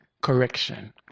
correction